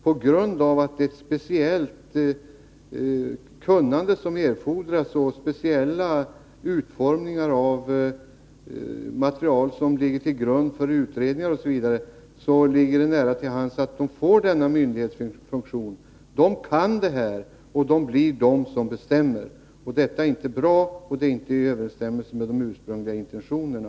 På grund av att det erfordras ett speciellt kunnande och speciella utformningar av material som skall ligga till grund för utredningar osv., ligger det nära till hands att rådet får denna myndighetsfunktion. Transportrådet kan det här, och det blir det som bestämmer. Det är inte bra, och det är inte i överensstämmelse med de ursprungliga intentionerna.